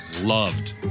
loved